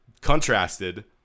Contrasted